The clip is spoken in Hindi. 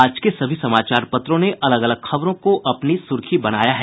आज के सभी समाचार पत्रों ने अलग अलग खबरों को अपनी सुर्खी बनाया है